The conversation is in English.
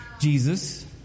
Jesus